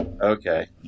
Okay